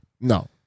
No